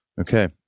Okay